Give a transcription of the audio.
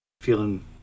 Feeling